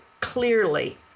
clearly